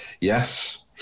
Yes